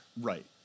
Right